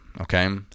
Okay